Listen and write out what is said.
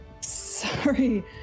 Sorry